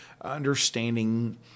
understanding